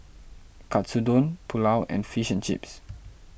Katsudon Pulao and Fish and Chips